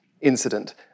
incident